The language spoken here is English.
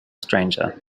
stranger